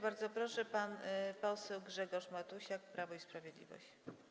Bardzo proszę, pan poseł Grzegorz Matusiak, Prawo i Sprawiedliwość.